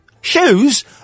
Shoes